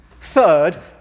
Third